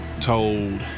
told